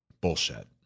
Bullshit